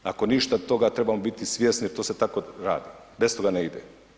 Ako ništa od toga, trebamo biti svjesni jer to se tako radi, bez toga ne ide.